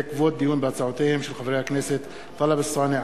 הצעותיהם של חברי הכנסת טלב אלסאנע,